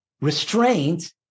restraint